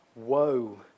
Woe